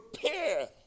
prepare